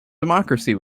democracy